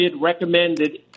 recommended